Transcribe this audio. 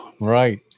Right